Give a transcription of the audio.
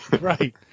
Right